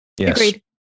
Agreed